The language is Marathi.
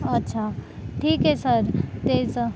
अच्छा ठीक आहे सर तेच